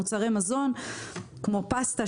מוצרי מזון כמו פסטה,